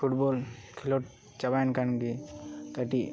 football ᱠᱷᱮᱞᱳᱰ ᱪᱟᱵᱟᱭᱮᱱ ᱠᱷᱟᱱ ᱜᱮ ᱠᱟᱹᱴᱤᱡ